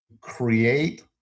create